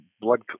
blood